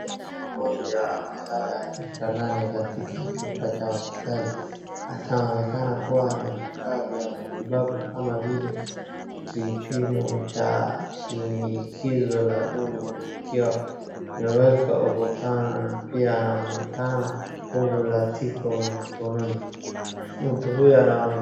Mgonjwa amelala kitandani katika chumba cha hospitali. Anaonekana kuwa na vifaa vya matibabu kama vile kipimo cha shinikizo la dumu kikiwa imewekwa ukuta, pia anaonekana kungu la tipo mkononi. Mtu huyu anone..